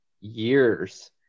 years